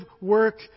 work